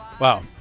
wow